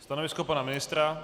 Stanovisko pana ministra?